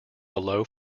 below